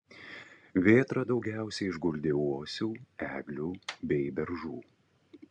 vėtra daugiausiai išguldė uosių eglių bei beržų